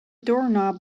doorknob